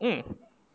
mm